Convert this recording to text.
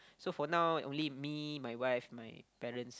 so for now only me my wife my parents